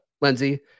Lindsay